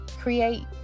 create